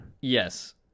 Yes